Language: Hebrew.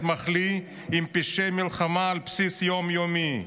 מחליא עם פשעי מלחמה על בסיס יום-יומי,